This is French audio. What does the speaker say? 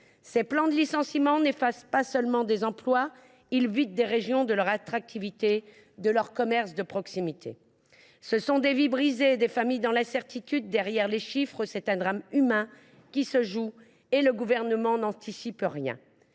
Ces plans de licenciement n’effacent pas seulement des emplois, ils privent des régions de leur attractivité et les vident de leurs commerces de proximité. Ce sont des vies brisées, des familles dans l’incertitude : derrière les chiffres, c’est un drame humain qui se joue et le Gouvernement n’anticipe rien.